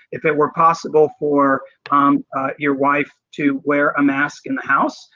if it were possible for um your wife to where a mask in the house,